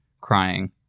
crying